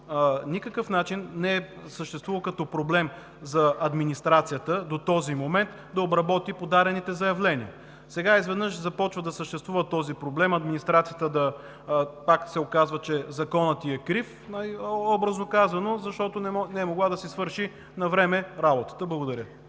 никакъв начин не е съществувало като проблем за администрацията до този момент да обработи подадените заявления. Сега изведнъж започва да съществува този проблем – на администрацията пак се оказва, че Законът ѝ е крив, образно казано, защото не е могла да си свърши навреме работата. Благодаря.